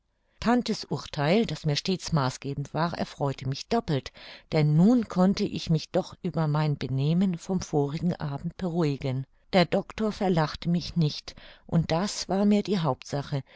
tante's urtheil das mir stets maßgebend war erfreute mich doppelt denn nun konnte ich mich doch über mein benehmen vom vorigen abend beruhigen der doctor verlachte mich nicht und das war mir die hauptsache